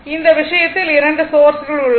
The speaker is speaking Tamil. இந்த விஷயத்தில் 2 சோர்ஸ்கள் உள்ளன